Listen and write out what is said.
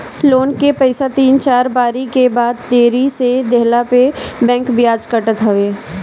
loan के पईसा तीन चार बारी के बाद देरी से देहला पअ बैंक बियाज काटत हवे